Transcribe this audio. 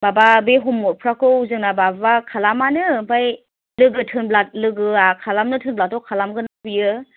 माबा बे हमअवार्कफ्राखौ जोंना बाबुआ खालामानो आमफ्राइ लोगो थोनब्ला लोगोआ खालामनो थोनब्लाथ' खालामगोन बेयो